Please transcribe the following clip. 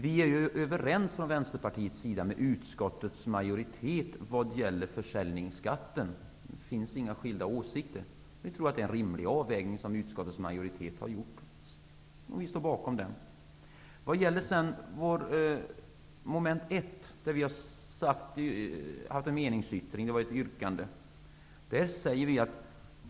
Vi i Vänsterpartiet är överens med utskottets majoritet vad gäller försäljningsskatten -- där finns inga skilda åsikter. Vi tror att det är en rimlig avvägning som utskottets majoritet har gjort, och vi står bakom den. Vi har en meningsyttring i fråga om mom. 1.